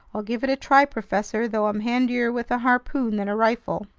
i'll give it a try, professor, though i'm handier with a harpoon than a rifle.